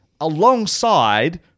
alongside